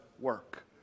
work